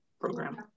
program